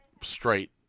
straight